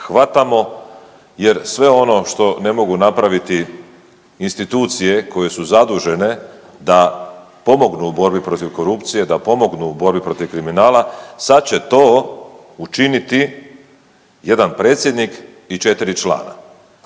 hvatamo jer sve ono što ne mogu napraviti institucije koje su zadužene da pomognu u borbi protiv korupcije, da pomognu u borbi protiv kriminala sad će to učiniti jedan predsjednik i četiri člana